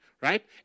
right